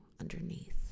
underneath